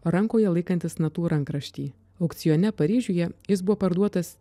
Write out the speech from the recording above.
rankoje laikantis natų rankraštį aukcione paryžiuje jis buvo parduotas